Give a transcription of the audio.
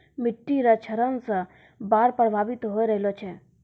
मिट्टी रो क्षरण से बाढ़ प्रभावित होय रहलो छै